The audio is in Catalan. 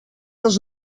els